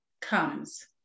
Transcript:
comes